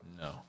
No